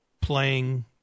playing